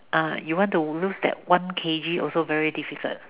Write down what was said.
uh you want to lose that one K_G also very difficult